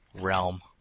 Realm